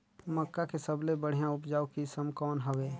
मक्का के सबले बढ़िया उपजाऊ किसम कौन हवय?